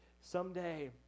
someday